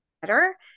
better